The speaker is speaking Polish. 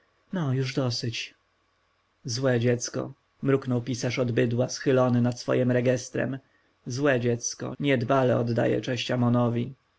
no już dosyć złe dziecko mruknął pisarz od bydła schylony nad swoim rejestrem złe dziecko niedbale oddaje cześć amonowi